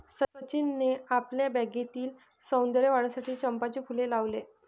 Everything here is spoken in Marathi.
सचिनने आपल्या बागेतील सौंदर्य वाढविण्यासाठी चंपाचे फूल लावले